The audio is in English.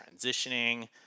transitioning